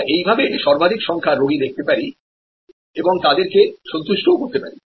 আমরা এইভাবে সর্বাধিক সংখ্যার রোগী দেখতে পারি এবং তাদেরকে সন্তুষ্ট ও করতে পারি